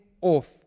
off